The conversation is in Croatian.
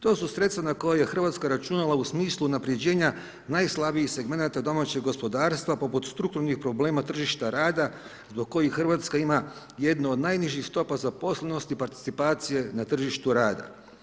To su sredstva na koje RH računala u smislu unapređenja najslabijih segmenata domaćeg gospodarstva, poput strukturnih problema tržišta rada, zbog kojih RH ima jednu od najnižih stopa zaposlenosti, participacije na tržištu rada.